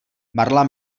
marla